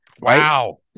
Wow